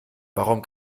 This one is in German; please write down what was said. warum